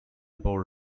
bore